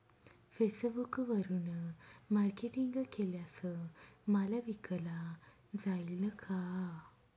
फेसबुकवरुन मार्केटिंग केल्यास माल विकला जाईल का?